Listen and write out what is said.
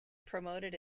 promoted